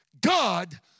God